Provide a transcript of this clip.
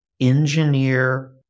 engineer